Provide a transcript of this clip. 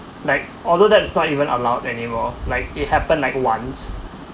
like although that's not even allowed anymore like it happened like once